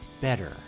better